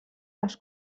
les